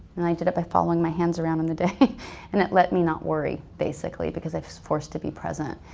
and i did it by following my hands around in the day and it let me not worry basically because i was forced to be present.